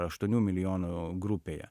aštuonių milijonų grupėje